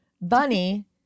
bunny